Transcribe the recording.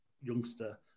youngster